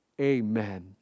Amen